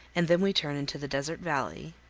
and then we turn into the desert valley,